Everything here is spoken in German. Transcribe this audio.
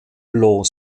law